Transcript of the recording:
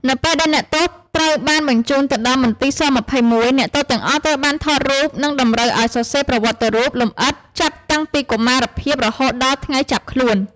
នៅពេលដែលអ្នកទោសត្រូវបានញ្ជូនទៅដល់មន្ទីរស-២១ អ្នកទោសទាំងអស់ត្រូវបានថតរូបនិងតម្រូវឱ្យសរសេរប្រវត្តិរូបលម្អិតចាប់ តាំងពីកុមារភាពរហូតដល់ថ្ងៃចាប់ខ្លួន។